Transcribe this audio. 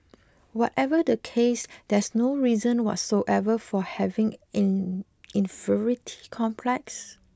whatever the case there's no reason whatsoever for having an inferiority complex